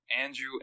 Andrew